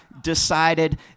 decided